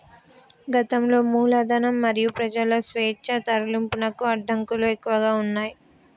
గతంలో మూలధనం మరియు ప్రజల స్వేచ్ఛా తరలింపునకు అడ్డంకులు ఎక్కువగా ఉన్నయ్